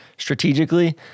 Strategically